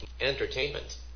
entertainment